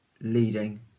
leading